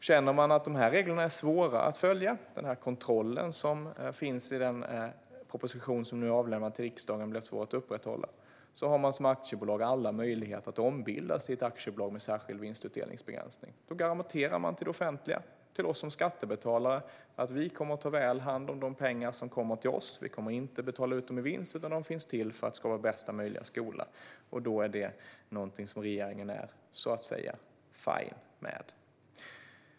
Känner man att dessa regler är svåra att följa och att kontrollen som finns i den proposition som jag har avlämnat till riksdagen blir svår att upprätthålla har man som aktiebolag alla möjligheter att ombilda sitt bolag till ett aktiebolag med särskild vinstutdelningsbegränsning. Då garanterar man det offentliga, till oss som skattebetalare, att man kommer att ta väl hand om de pengar som kommer in i bolaget. Man kommer inte att betala ut dem i vinst, utan pengarna ska användas för att skapa bästa möjliga skola. Då är det någonting som regeringen är så att säga fine med.